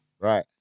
Right